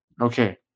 Okay